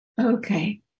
Okay